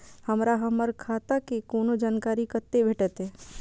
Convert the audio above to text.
हमरा हमर खाता के कोनो जानकारी कते भेटतै